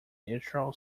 natural